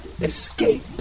escape